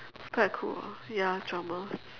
it's quite cool ah ya dramas